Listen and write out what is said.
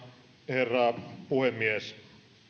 herra puhemies